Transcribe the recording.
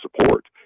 support